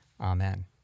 Amen